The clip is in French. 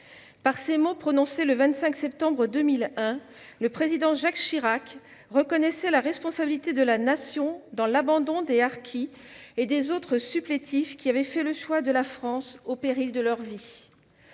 Par ces mots prononcés le 25 septembre 2001, le Président Jacques Chirac reconnaissait la responsabilité de la Nation dans l'abandon des harkis et des autres supplétifs qui avaient fait le choix de la France, au péril de leur vie.